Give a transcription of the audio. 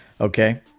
Okay